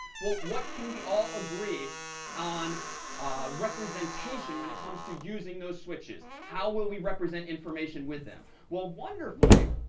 well, what can we all agree on representation when it comes to using those switches? how will we represent information with them? well, wonderfully,